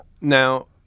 Now